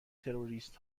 تروریست